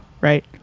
right